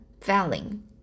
failing